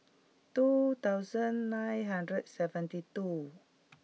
two thousand nine hundred and seventy two